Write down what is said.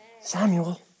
Samuel